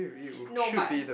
no but